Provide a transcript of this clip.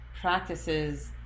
practices